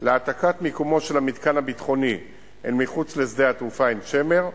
של העתקת מקומו של המתקן הביטחוני אל מחוץ לשדה התעופה עין-שמר,